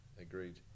agreed